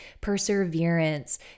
perseverance